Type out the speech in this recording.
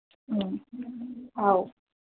ꯎꯝ ꯑꯧ